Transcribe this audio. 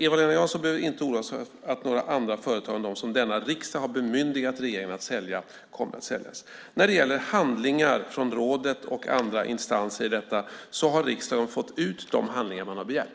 Eva-Lena Jansson behöver alltså inte oroa sig för att några andra företag än de som denna riksdag har bemyndigat regeringen att sälja kommer att säljas. När det gäller handlingar från rådet och andra instanser gällande detta har riksdagen fått ut de handlingar man begärt.